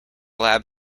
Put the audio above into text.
lab